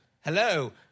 hello